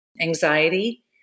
anxiety